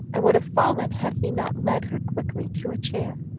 and would have fallen had he not led her quickly to a chair.